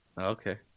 okay